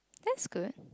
that's good